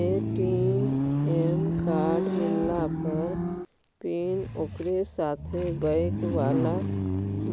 ATM card मिलला पर pin ओकरे साथे बैक बाला